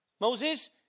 Moses